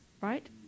right